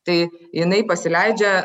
tai jinai pasileidžia